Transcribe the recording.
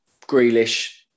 Grealish